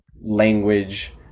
language